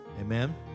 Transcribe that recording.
Amen